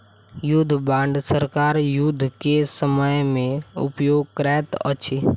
युद्ध बांड सरकार युद्ध के समय में उपयोग करैत अछि